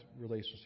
relationship